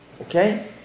okay